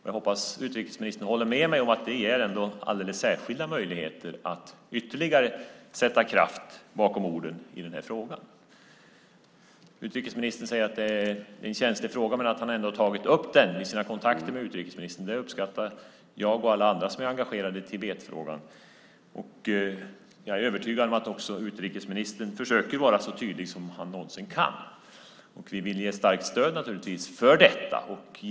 Jag hoppas att utrikesministern håller med mig om att det ändå ger Sverige alldeles särskilda möjligheter att ytterligare sätta kraft bakom orden i denna fråga. Utrikesministern säger att det är en känslig fråga men att han ändå har tagit upp den vid sina kontakter med den kinesiska utrikesministern. Det uppskattar jag och alla andra som är engagerade i Tibetfrågan. Jag är övertygad om att också utrikesministern försöker vara så tydlig som han någonsin kan, och vi vill naturligtvis ge ett starkt stöd för detta.